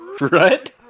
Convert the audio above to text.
Right